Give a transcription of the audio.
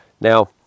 Now